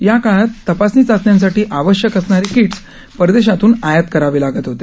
याकाळात तपासणी चाचण्यांसाठी आवश्यक असणारे किटस् परदेशातून आयात करावे लागत होते